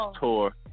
tour